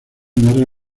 narra